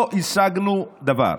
לא השגנו דבר.